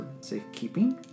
safekeeping